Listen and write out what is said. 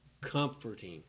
comforting